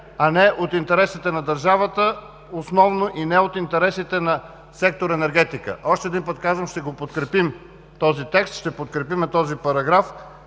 а не от интересите на държавата основно и не от интересите на сектор „Енергетика“. Още един път казвам: ще подкрепим този текст. Ще подкрепим този параграф